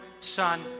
son